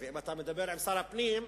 אם אתה מדבר עם שר הפנים,